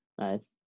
nice